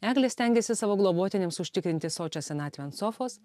eglė stengiasi savo globotiniams užtikrinti sočią senatvę ant sofos